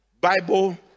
Bible